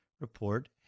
report